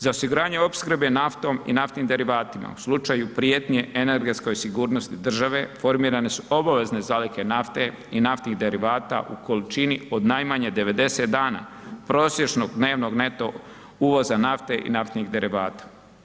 Za osiguranje opskrbe naftom i naftnim derivatima u slučaju prijetnje energetskoj sigurnosti države formirane su obavezne zalihe nafte i naftnih derivata u količini od najmanje 90 dana prosječnog dnevnog neto uvoza nafte i naftnih derivata.